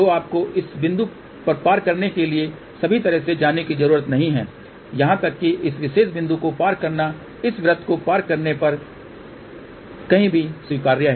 तो आपको इस बिंदु पर पार करने के लिए सभी तरह से जाने की ज़रूरत नहीं है यहां तक कि इस विशेष बिंदु को पार करना इस वृत्त को पार करने पर कहीं भी स्वीकार्य है